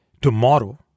tomorrow